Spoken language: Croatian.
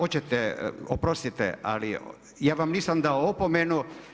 Oprostite ali ja vam nisam dao opomenu.